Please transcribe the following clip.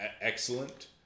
excellent